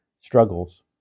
struggles